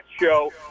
show